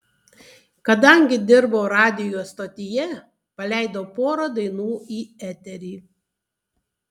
kadangi dirbau radijo stotyje paleidau porą dainų į eterį